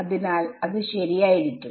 അതിനാൽ അത് ശരിയായിരിക്കും